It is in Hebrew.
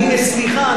סליחה.